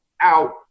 out